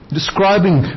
describing